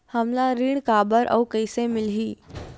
हमला ऋण काबर अउ कइसे मिलही?